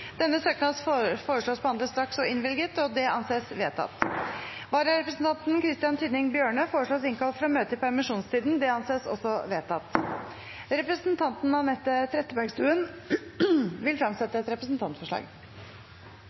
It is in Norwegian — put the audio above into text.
Denne søknad foreslås behandlet straks og innvilget. – Det anses vedtatt. Vararepresentanten, Christian Tynning Bjørnø, foreslås innkalt for å møte i permisjonstiden. – Det anses også vedtatt. Representanten Anette Trettebergstuen vil fremsette et representantforslag.